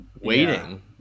waiting